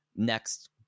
next